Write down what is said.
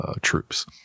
troops